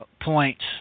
points